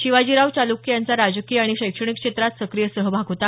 शिवाजीराव चालुक्य यांचा राजकीय आणि शैक्षणिक क्षेत्रात सक्रिय सहभाग होता